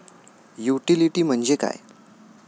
Utility म्हणजे काय?